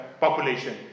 population